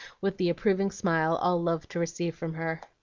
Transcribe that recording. with the approving smile all loved to receive from her.